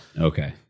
Okay